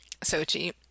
Sochi